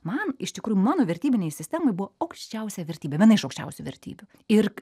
man iš tikrųjų mano vertybinėj sistemoj buvo aukščiausia vertybė viena iš aukščiausių vertybių ir